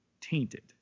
tainted